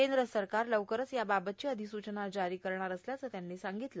केंद्र सरकार लवकरच याबाबतची अधिसूचना जारी करणार असल्याचं त्यांनी सांगितलं